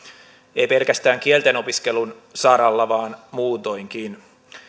ei pelkästään kieltenopiskelun saralla vaan muutoinkin